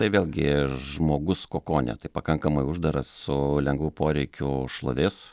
tai vėlgi žmogus kokone tai pakankamai uždaras su lengvu poreikiu šlovės